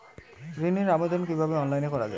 ঋনের আবেদন কিভাবে অনলাইনে করা যায়?